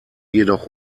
jedoch